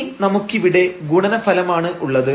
ഇനി നമുക്കിവിടെ ഗുണനഫലം ആണ് ഉള്ളത്